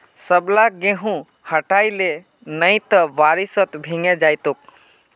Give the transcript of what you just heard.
सबला गेहूं हटई ले नइ त बारिशत भीगे जई तोक